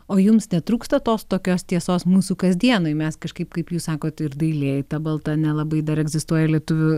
o jums netrūksta tos tokios tiesos mūsų kasdienai mes kažkaip kaip jūs sakot ir dailėj ta balta nelabai dar egzistuoja lietuvių